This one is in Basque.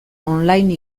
online